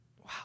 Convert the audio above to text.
wow